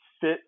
fit